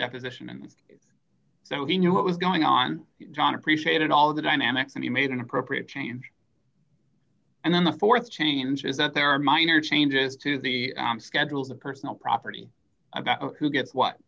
deposition and so he knew what was going on john appreciated all of the dynamics and he made an appropriate change and then the th change is that there are minor changes to the schedule the personal property about who gets what